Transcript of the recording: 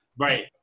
right